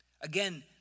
Again